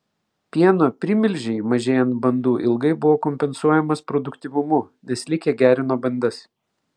pieno primilžiai mažėjant bandų ilgai buvo kompensuojamas produktyvumu nes likę gerino bandas